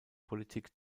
politik